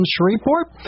Shreveport